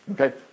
Okay